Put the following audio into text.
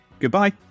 Goodbye